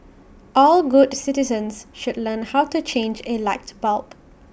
all good citizens should learn how to change A light bulb